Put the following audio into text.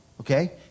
okay